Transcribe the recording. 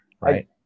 right